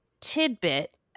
tidbit